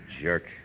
jerk